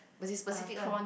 speci~ specific one